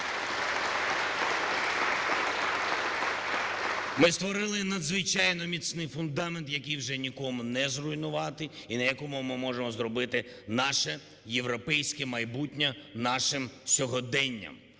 Ми створили надзвичайно міцний фундамент, який вже нікому не зруйнувати і на якому ми можемо зробити наше європейське майбутнє нашим сьогоденням.